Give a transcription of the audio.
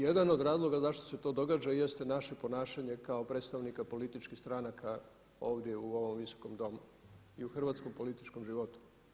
Jedan od razloga zašto se to događa jeste naše ponašanje kao predstavnika političkih stranaka ovdje u ovom visokom domu i u hrvatskom političkom životu.